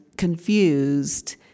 Confused